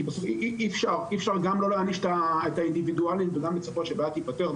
אי אפשר גם לא להעניש את האינדבידואלים וגם לצפות שהבעיה תיפתר.